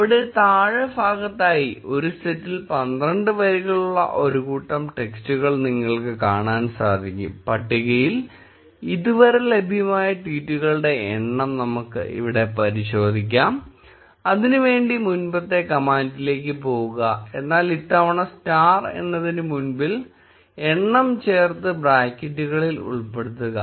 അവിടെ താഴെ ഭാഗത്തായി ഒരു സെറ്റിൽ 12 വരികളുള്ള ഒരു കൂട്ടം ടെക്സ്റ്റുകൾ നിങ്ങൾക്ക് കാണാൻ സാധിക്കും പട്ടികയിൽ ഇതുവരെ ലഭ്യമായ ട്വീറ്റുകളുടെ എണ്ണം നമുക്ക് ഇവിടെ പരിശോധിക്കാം അതിനുവേണ്ടി മുമ്പത്തെ കമാൻഡിലേക്ക് പോകുകഎന്നാൽ ഇത്തവണ സ്റ്റാർ എന്നതിനു മുൻപിൽ എണ്ണം ചേർത്ത് ബ്രാക്കറ്റുകളിൽ ഉൾപ്പെടുത്തുക